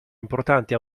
importanti